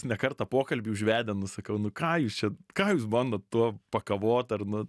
ne kartą pokalbį užvedę nu sakau ką jūs čia ką jūs bandot tuo pakavot ar nu